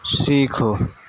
سیکھو